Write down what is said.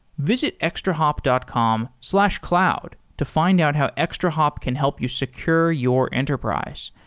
visit extrahop dot com slash cloud to find out how extrahop can help you secure your enterprise.